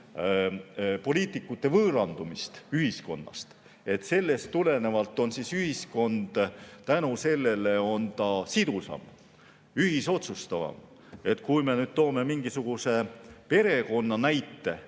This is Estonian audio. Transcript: poliitikute võõrandumist ühiskonnast, siis sellest tulenevalt on ühiskond tänu sellele sidusam, ühisotsustavam. Kui me toome mingisuguse perekonna näite,